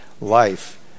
life